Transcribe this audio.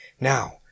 now